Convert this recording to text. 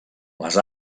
les